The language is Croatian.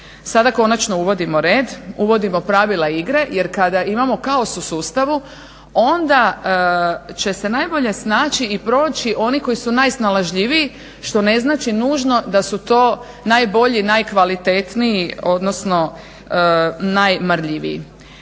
Sada konačno uvodimo red, uvodimo pravila igre jer kada imamo kaos u sustavu onda će se najbolje snaći i proći oni koji su najsnalažljiviji što ne znači nužno da su to najbolji, najkvalitetniji odnosno najmarljiviji.